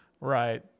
Right